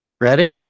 Ready